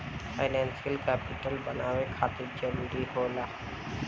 financial capital कोई भी व्यापार के बनावे खातिर जरूरी होला